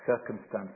circumstances